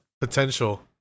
potential